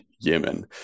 Yemen